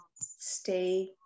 stay